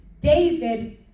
David